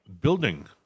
building